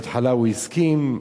בהתחלה הוא הסכים,